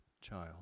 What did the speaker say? child